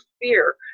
fear